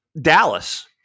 Dallas